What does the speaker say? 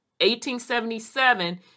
1877